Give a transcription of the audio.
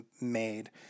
made